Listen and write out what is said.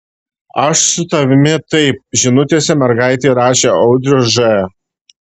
aš su tavimi taip žinutėse mergaitei rašė audrius ž